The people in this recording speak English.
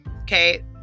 Okay